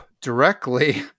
directly